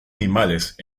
animales